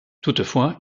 toutefois